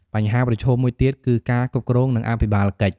បញ្ហាប្រឈមមួយទៀតគឺ ការគ្រប់គ្រង និងអភិបាលកិច្ច។